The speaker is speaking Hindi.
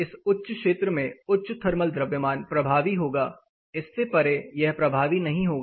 इस क्षेत्र में उच्च थर्मल द्रव्यमान प्रभावी होगा इससे परे यह प्रभावी नहीं होगा